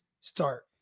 start